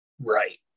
right